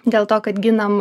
dėl to kad ginam